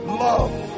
love